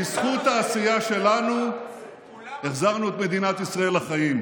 בזכות העשייה שלנו החזרנו את מדינת ישראל לחיים.